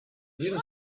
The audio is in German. diesen